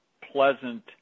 pleasant